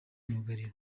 ikinyuranyo